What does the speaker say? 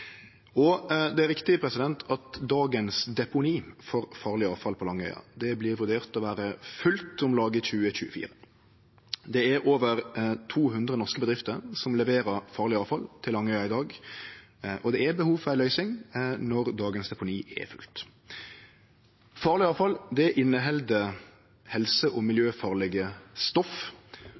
Det er riktig at dagens deponi for farleg avfall på Langøya vert vurdert til å vere fullt om lag i 2024. Det er over 200 norske bedrifter som leverer farleg avfall til Langøya i dag, og det er behov for ei løysing når dagens deponi er fullt. Farleg avfall inneheld helse- og miljøfarlege stoff,